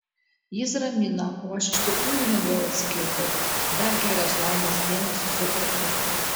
jis ramina o aš iš tikrųjų lengviau atsikvėpiau dar kelios laimės dienos su otu